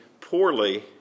poorly